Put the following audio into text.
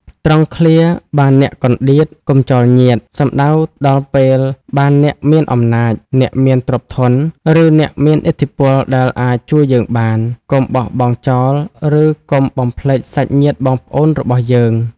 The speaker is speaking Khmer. ត្រង់ឃ្លា បានអ្នកកន្តៀត កុំចោលញាតិ សំដៅដល់ពេលបានអ្នកមានអំណាច អ្នកមានទ្រព្យធន ឬអ្នកមានឥទ្ធិពលដែលអាចជួយយើងបាន កុំបោះបង់ចោល ឬកុំបំភ្លេចសាច់ញាតិបងប្អូនរបស់យើង។